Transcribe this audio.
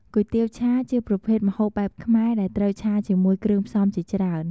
គុយទាវឆា ជាប្រភេទម្ហូបបែបខ្មែរដែលត្រូវឆាជាមួយគ្រឿងផ្សំជាច្រើន។